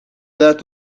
that